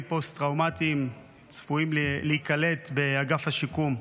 פוסט-טראומטיים צפויים להיקלט באגף השיקום,